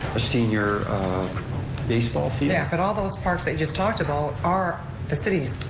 senior baseball field. yeah, but all those parks that you just talked about are the city's.